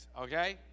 okay